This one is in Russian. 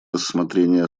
рассмотрение